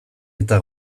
eta